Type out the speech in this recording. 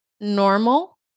normal